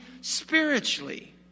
spiritually